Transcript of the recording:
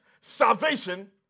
salvation